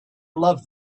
loved